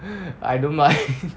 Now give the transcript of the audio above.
I don't mind